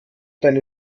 deine